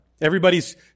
Everybody's